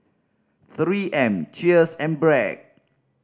Three M Cheers and Bragg